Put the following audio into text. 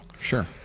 Sure